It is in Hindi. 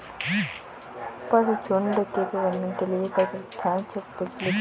पशुझुण्ड के प्रबंधन के लिए कई प्रथाएं प्रचलित हैं